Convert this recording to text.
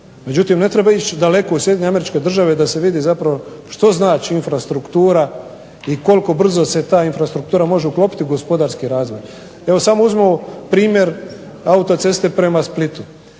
međutim, ne treba ići daleko da se vidi zapravo što znači infrastruktura i koliko brzo se može ta infrastruktura uklopiti u razvoj. Evo samo uzmimo primjer autoceste prema Splitu,